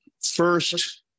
first